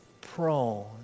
prone